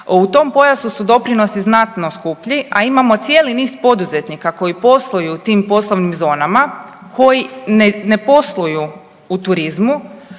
U tom pojasu su doprinosi znatno skuplji, a imamo cijeli niz poduzetnika koji posluju u tim poslovnim zonama, koji ne posluju u turizmu,